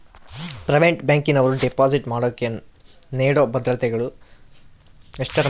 Private ಬ್ಯಾಂಕಿನವರು deposit ಮಾಡೋಕೆ ನೇಡೋ ಭದ್ರತೆಗಳನ್ನು ಎಷ್ಟರ ಮಟ್ಟಿಗೆ ನಂಬಬಹುದು?